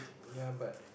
ya but